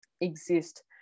exist